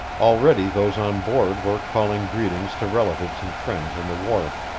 already those on board were calling greetings to relatives and friends on the wharf,